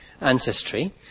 ancestry